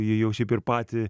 jį jau kaip ir patį